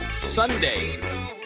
sunday